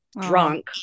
drunk